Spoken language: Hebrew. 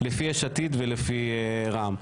של יש עתיד ולפי המכסה של רע"ם.